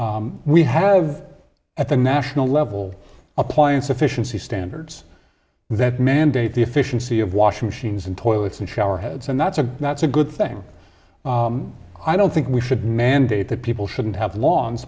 we have at the national level appliance efficiency standards that mandate the efficiency of washing machines and toilets and shower heads and that's a that's a good thing i don't think we should mandate that people shouldn't have l